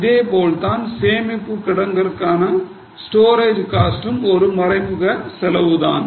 இதேபோல்தான் சேமிப்பு கிடங்கிற்கான ஸ்டோரேஜ் காஸ்டும் ஒரு மறைமுக செலவுதான்